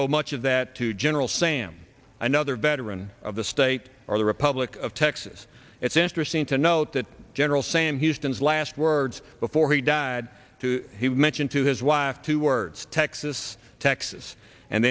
owe much of that to general sam another veteran of the state or the republic of texas it's interesting to note that general sam houston his last words before he died he mentioned to his wife two words texas texas and